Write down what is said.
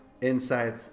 inside